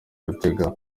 gutega